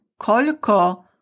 kolko